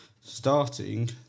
starting